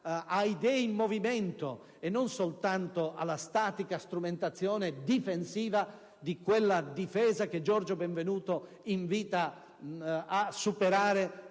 a idee in movimento, e non soltanto alla statica strumentazione difensiva, a quella difesa che Giorgio Benvenuto invita a superare